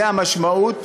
זו המשמעות